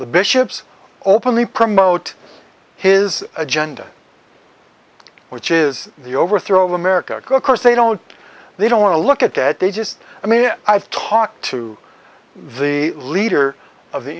bishops openly promote his agenda which is the overthrow of america course they don't they don't want to look at that they just i mean i've talked to the leader of the